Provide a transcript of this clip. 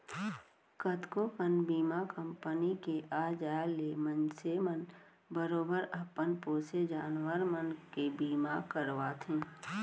कतको कन बीमा कंपनी के आ जाय ले मनसे मन बरोबर अपन पोसे जानवर मन के बीमा करवाथें